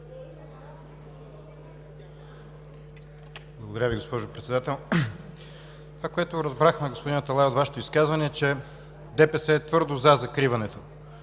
Благодаря Ви, госпожо Председател. Това, което разбрахме, господин Аталай, от Вашето изказване е, че ДПС е твърдо „за“ закриването